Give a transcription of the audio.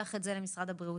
את זה למשרד הבריאות.